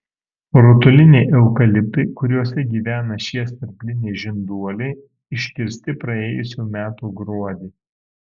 rutuliniai eukaliptai kuriuose gyvena šie sterbliniai žinduoliai iškirsti praėjusių metų gruodį